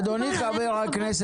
אדוני חה"כ,